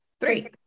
Three